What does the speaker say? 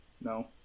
No